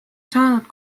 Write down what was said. saanud